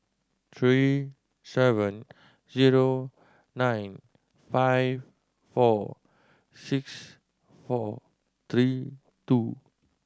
three seven zero nine five four six four three two